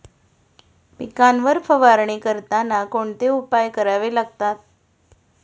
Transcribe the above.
पिकांवर फवारणी करताना कोणते उपाय करावे लागतात?